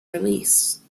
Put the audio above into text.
release